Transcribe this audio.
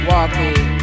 Walking